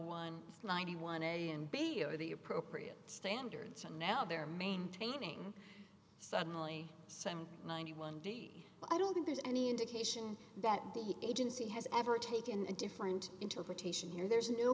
and ninety one a and b are the appropriate standards and now they're maintaining suddenly some ninety one i don't think there's any indication that the agency has ever taken a different interpretation here there's no